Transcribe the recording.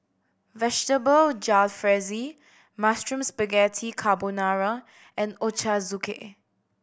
Vegetable Jalfrezi Mushroom Spaghetti Carbonara and Ochazuke